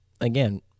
again